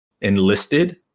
Enlisted